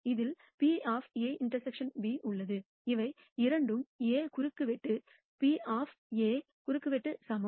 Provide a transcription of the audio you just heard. இதில் P A ∩ B உள்ளது இவை இரண்டும் A குறுக்குவெட்டு P குறுக்குவெட்டுக்கு சமம்